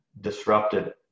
disrupted